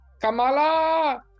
Kamala